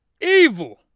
Evil